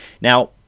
Now